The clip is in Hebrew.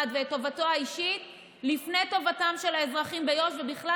ואת טובתו האישית לפני טובתם של האזרחים ביו"ש ובכלל,